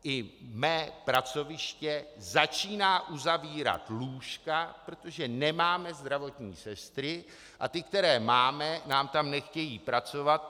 I mé pracoviště začíná uzavírat lůžka, protože nemáme zdravotní sestry a ty, které máme, nám tam nechtějí pracovat.